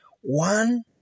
One